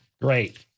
Great